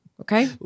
Okay